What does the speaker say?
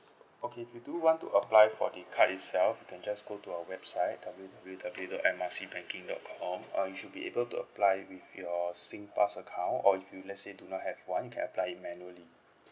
okay if you do want to apply for the card itself then just go to our website W_W_W dot M R C banking dot com uh you should be able to apply with your singpass account or if you let's say do not have one you can apply it manually